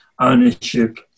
ownership